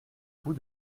bout